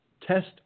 test